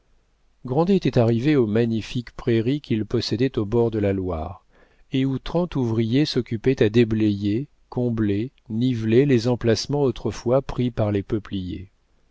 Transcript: était arrivé aux magnifiques prairies qu'il possédait au bord de la loire et où trente ouvriers s'occupaient à déblayer combler niveler les emplacements autrefois pris par les peupliers